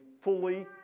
fully